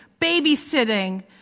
babysitting